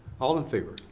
all in favor?